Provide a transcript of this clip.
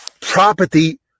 property